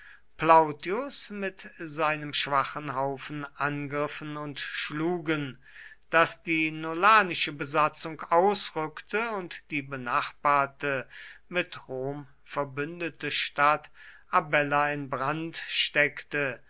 plautius mit seinem schwachen haufen angriffen und schlugen daß die nolanische besatzung ausrückte und die benachbarte mit rom verbündete stadt abella in brand steckte